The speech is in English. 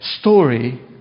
story